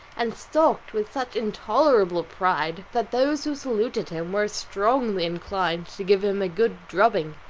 and stalked with such intolerable pride, that those who saluted him were strongly inclined to give him a good drubbing.